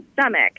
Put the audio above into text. stomach